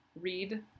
Read